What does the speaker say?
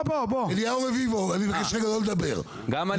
גם אני